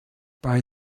bei